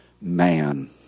man